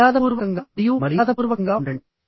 మర్యాదపూర్వకంగా మరియు మర్యాదపూర్వకంగా ఉండండి